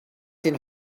den